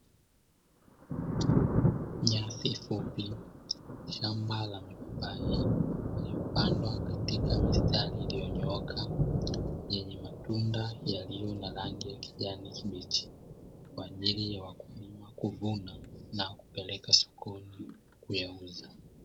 Nyasi fupi, shamba la mapapai iliyopandwa katika mistari iliyonyooka yenye matunda yaliyo na rangi ya kijani kibichi kwa ajilii ya wakulima kuvuna na kupeleka sokoni kuyauza.